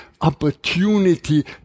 opportunity